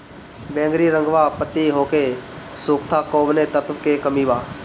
बैगरी रंगवा पतयी होके सुखता कौवने तत्व के कमी बा?